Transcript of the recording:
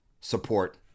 support